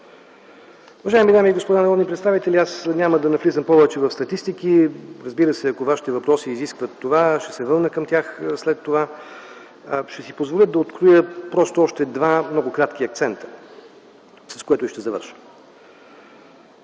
Уважаеми дами и господа народни представители, няма да навлизам повече в статистики. Ако вашите въпроси изискват това, ще се върна към тях след това. Ще си позволя да откроя още два много кратки акцента, с което ще завърша.